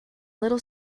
little